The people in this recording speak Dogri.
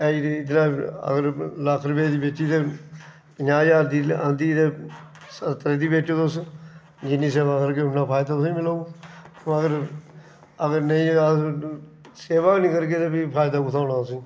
जिसलै अगर लक्ख रपेऽ दी बेची ते पंजाह् ज्हार दी आंह्दी ते सत्तर दी बेचो तुस